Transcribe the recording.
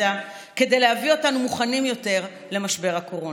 כדי להביא אותנו מוכנים יותר למשבר הקורונה.